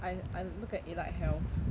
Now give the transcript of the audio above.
I I look at allied health